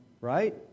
Right